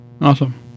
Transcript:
Awesome